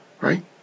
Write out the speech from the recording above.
Right